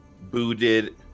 booted